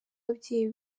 ababyeyi